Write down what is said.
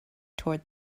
toward